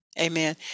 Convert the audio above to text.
Amen